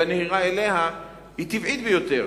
והנהירה אליה היא טבעית ביותר.